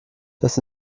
das